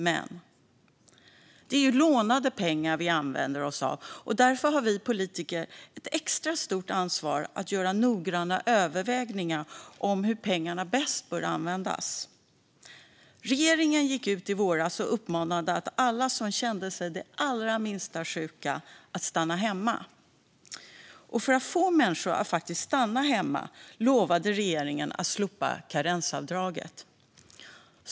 Men det är lånade pengar vi använder oss av, och därför har vi politiker ett extra stort ansvar för att göra noggranna överväganden om hur pengarna bäst bör användas. Regeringen gick i våras ut och uppmanade alla som kände sig det allra minsta sjuka att stanna hemma. För att få människor att faktiskt stanna hemma lovade regeringen att slopa karensavdraget.